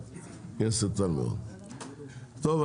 בוקר טוב,